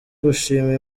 gushima